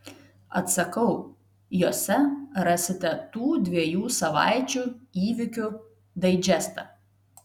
atsakau jose rasite tų dviejų savaičių įvykių daidžestą